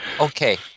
okay